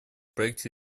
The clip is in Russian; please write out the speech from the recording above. проекте